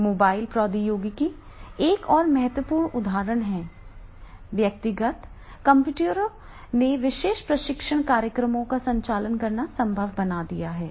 mobile प्रौद्योगिकी एक और महत्वपूर्ण उदाहरण है व्यक्तिगत कंप्यूटरों ने विशेष प्रशिक्षण कार्यक्रमों का संचालन करना संभव बना दिया है